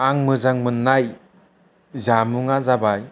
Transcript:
आं मोजां मोननाय जामुङा जाबाय